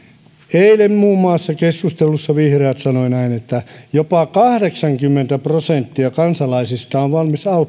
eilen keskustelussa muun muassa vihreät sanoivat näin että jopa kahdeksankymmentä prosenttia kansalaisista on valmis